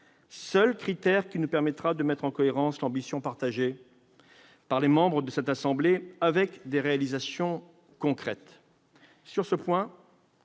seul critère qui nous permettra de mettre en cohérence l'ambition partagée par les membres de cette assemblée avec des réalisations concrètes. Sur ce point,